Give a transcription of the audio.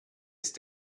ist